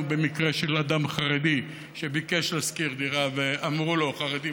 במקרה של אדם חרדי שביקש לשכור דירה ואמרו לו: חרדים,